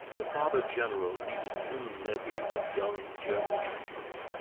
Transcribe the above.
the father-general needed new levies of young german-jesuits.